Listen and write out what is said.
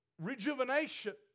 Rejuvenation